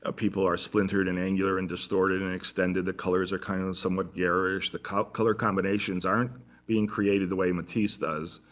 ah people are splintered and angular and distorted and extended. the colors are kind of somewhat garish. the color color combinations aren't being created the way matisse does,